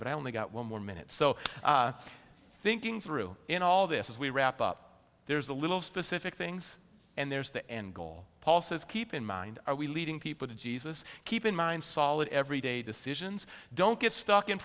but i only got one more minute so thinking through in all this as we wrap up there's a little specific things and there's the end goal paul says keep in mind are we leading people to jesus keep in mind solid every day decisions don't get stuck in